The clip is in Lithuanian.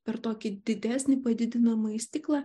per tokį didesnį padidinamąjį stiklą